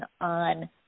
on